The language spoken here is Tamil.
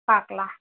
பார்க்கலாம்